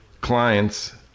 clients